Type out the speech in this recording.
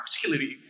particularly